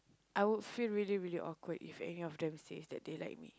I would feel really really awkward if any of them says that they like me